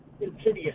insidious